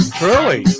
truly